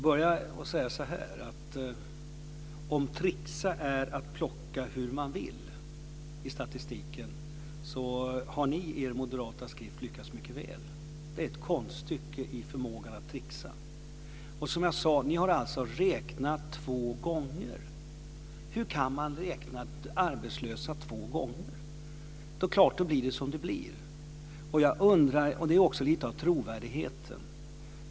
Fru talman! Om tricksa är att plocka hur man vill i statistiken, har ni lyckats mycket väl med det i er moderata skrift. Det är ett konststycke i förmågan att tricksa. Ni har alltså räknat två gånger. Hur kan man räkna arbetslösa två gånger? Då blir det som det blir. Detta handlar också om trovärdighet.